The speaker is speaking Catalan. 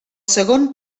segon